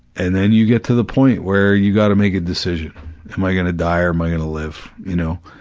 and then you get to the point where you gotta make a decision am i gonna to die or am i gonna live, you know,